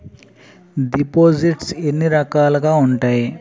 దిపోసిస్ట్స్ ఎన్ని రకాలుగా ఉన్నాయి?